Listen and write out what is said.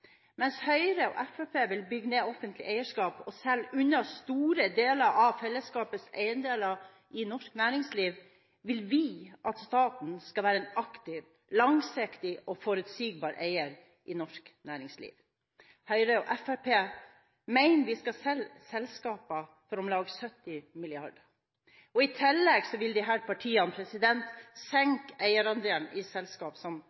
Mens Høyre og Fremskrittspartiet vil bygge ned offentlig eierskap og selge unna store deler av fellesskapets eierandeler i norsk næringsliv, vil vi at staten skal være en aktiv, langsiktig og forutsigbar eier i norsk næringsliv. Høyre og Fremskrittspartiet mener vi skal selge selskap for om lag 70 mrd. kr. I tillegg vil disse partiene senke eierandelen i selskap som